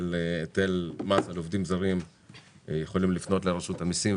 היטל מס על עובדים זרים יכולים לפנות לרשות המיסים,